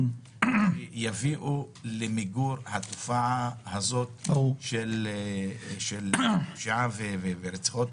כדי שיביאו למיגור התופעה הזאת של פשיעה ורציחות.